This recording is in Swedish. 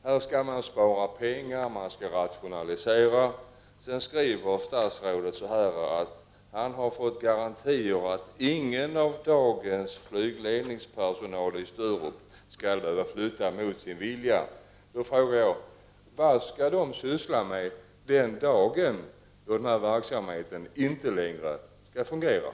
Här skall man spara pengar och rationalisera. Då skriver statsrådet att han har fått garantier för att ingen av dagens flygledningspersonal i Sturup skall behöva flytta mot sin vilja. Vad skall de syssla med den dagen verksamheten inte längre fungerar?